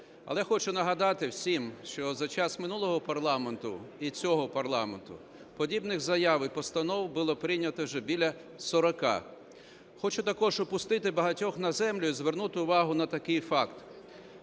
Але хочу нагадати всім, що за час минулого парламенту і цього парламенту подібних заяв і постанов було прийнято вже біля сорока. Хочу також опустити багатьох на землю і звернути увагу на такий факт